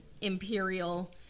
imperial